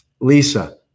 Lisa